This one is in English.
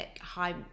high